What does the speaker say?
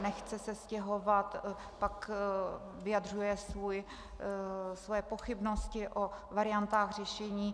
Nechce se stěhovat, pak vyjadřuje svoje pochybnosti o variantách řešení.